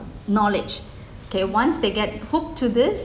knowledge okay once they get hooked to this